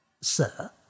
sir